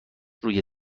روی